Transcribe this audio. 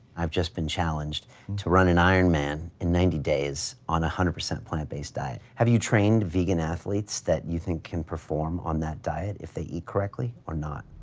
i've just been challenged to run an iron man in ninety days on one hundred percent plant-based diet. have you trained vegan athletes that you think can perform on that diet if they eat correctly or not?